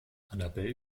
annabel